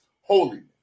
holiness